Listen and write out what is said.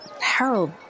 Harold